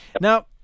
now